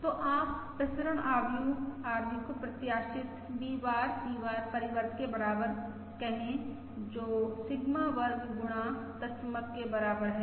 तो आप प्रसरण आव्यूह RV को प्रत्याशित V बार V बार परिवर्त के बराबर कहे जो सिग्मा वर्ग गुणा तत्समक के बराबर है